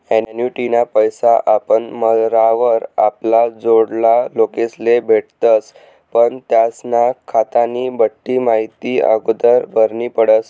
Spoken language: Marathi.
ॲन्युटीना पैसा आपण मरावर आपला जोडला लोकेस्ले भेटतस पण त्यास्ना खातानी बठ्ठी माहिती आगोदर भरनी पडस